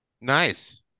Nice